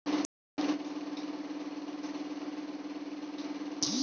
ఉత్తమ డ్రైనేజ్ ఏమిటి?